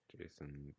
Jason